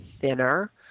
thinner